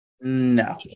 No